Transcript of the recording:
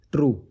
True